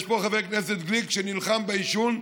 יש פה חבר כנסת גליק, שנלחם בעישון,